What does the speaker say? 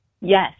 Yes